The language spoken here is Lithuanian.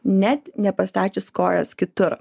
net nepastačius kojos kitur